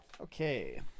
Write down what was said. Okay